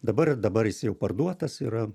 dabar dabar jis jau parduotas yra